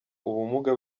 ubumuga